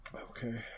Okay